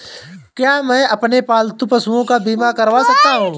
क्या मैं अपने पालतू पशुओं का बीमा करवा सकता हूं?